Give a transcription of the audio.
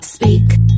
Speak